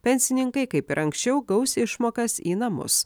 pensininkai kaip ir anksčiau gaus išmokas į namus